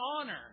honor